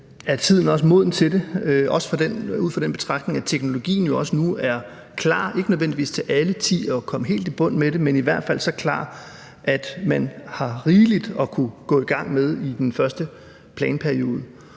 at teknologien jo også nu er klar ikke nødvendigvis til at komme i bund med alle ti, men i hvert fald så klar, at man har rigeligt at kunne gå i gang med i den første planperiode